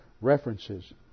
references